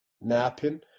napping